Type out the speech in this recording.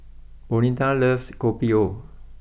Bonita loves Kopi O